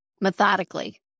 methodically